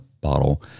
bottle